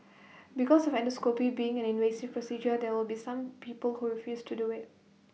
because of endoscopy being an invasive procedure there will be some people who refuse to do IT